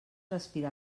respirar